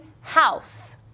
house